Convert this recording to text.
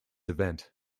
event